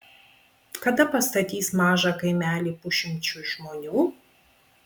kada pastatys mažą kaimelį pusšimčiui žmonių